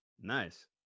Nice